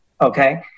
Okay